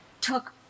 took